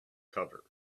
cover